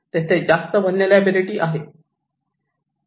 तेथे जास्त व्हलनेरलॅबीलीटी आहे